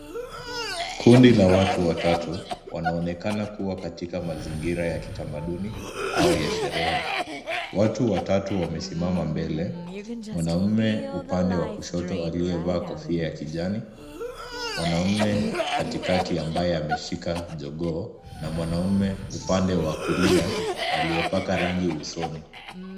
Kundi la watu watatu wanaonekana kuwa katika mazingira ya kitamaduni au ya sherehe . Watu watatu wamesimama mbele , mwanaume upande wa kushoto aliyevaa kofia la kijani, mwanaume katikati ambaye ameshika jogoo na mwanaume upande wa kulia aliyepaka rangi usoni.